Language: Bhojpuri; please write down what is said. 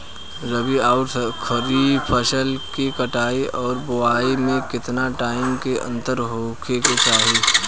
रबी आउर खरीफ फसल के कटाई और बोआई मे केतना टाइम के अंतर होखे के चाही?